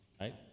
Right